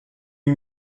can